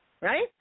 right